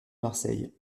marseille